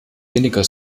weniger